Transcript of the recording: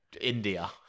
India